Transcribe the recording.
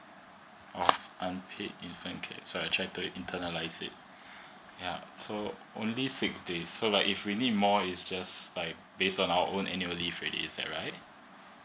oo unpaid infant care so I check to internalise it uh so uh only six days so like if we need more is just like based on our own annual leave already is that right